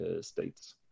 States